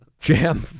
jam